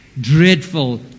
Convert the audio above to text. Dreadful